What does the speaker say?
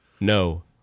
No